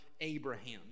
Abraham